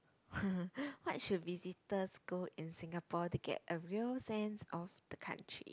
where should visitors go in Singapore to get a real sense of the country